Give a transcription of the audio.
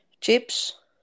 Chips